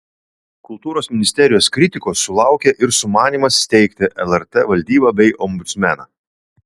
kultūros ministerijos kritikos sulaukė ir sumanymas steigti lrt valdybą bei ombudsmeną